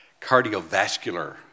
cardiovascular